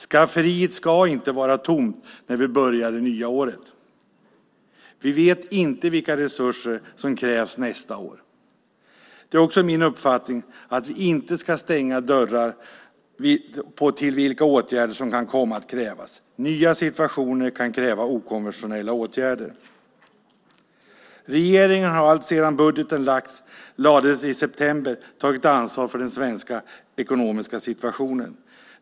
Skafferiet ska inte vara tomt när vi börjar det nya året. Vi vet inte vilka resurser som krävs nästa år. Det är också min uppfattning att vi inte ska stänga dörrar för vilka åtgärder som kan komma att krävas. Nya situationer kan kräva okonventionella åtgärder. Regeringen har alltsedan budgeten lades i september tagit ansvar för den svenska ekonomiska situationen.